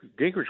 Gingrich